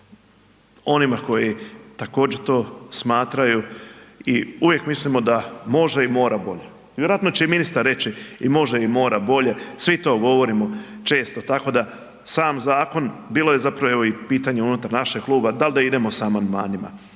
sebi. Onima koji također to smatraju i uvijek mislimo da može i mora bolje. Vjerojatno će i ministar reći i može i mora bolje, svi to govorimo često, tako da sam zakon bilo zapravo i evo pitanje unutar našeg kluba da li da idemo sa amandmanima.